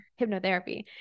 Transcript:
hypnotherapy